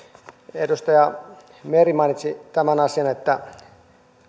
edustaja meri mainitsi tämän asian että